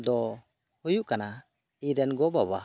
ᱫᱚ ᱦᱩᱭᱩᱜ ᱠᱟᱱᱟ ᱤᱧ ᱨᱮᱱ ᱜᱚ ᱵᱟᱵᱟ